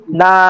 na